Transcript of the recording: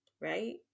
Right